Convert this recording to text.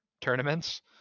tournaments